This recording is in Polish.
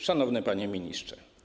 Szanowny Panie Ministrze!